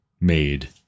made